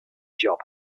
job